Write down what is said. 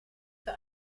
für